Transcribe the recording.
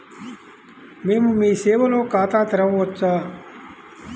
మేము మీ సేవలో ఖాతా తెరవవచ్చా?